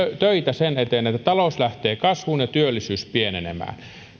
töitä sen eteen että talous lähtee kasvuun ja työllisyys pienenemään